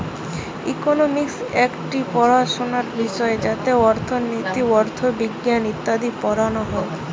economics একটি পড়াশোনার বিষয় যাতে অর্থনীতি, অথবিজ্ঞান ইত্যাদি পড়ানো হয়